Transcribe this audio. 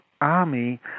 army